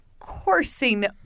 coursing